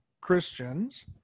Christians